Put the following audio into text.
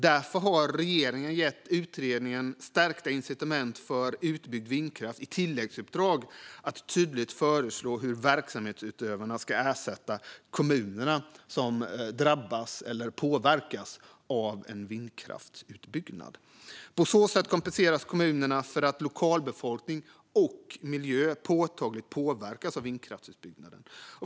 Därför har regeringen gett utredningen Stärkta incitament för utbyggd vindkraft i tilläggsuppdrag att tydligt föreslå hur verksamhetsutövarna ska ersätta kommuner som påverkas av vindkraftsutbyggnad. På så sätt kompenseras kommuner för att lokalbefolkning och miljö påtagligt påverkas av sådan utbyggnad.